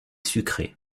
sucré